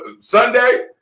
Sunday